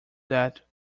that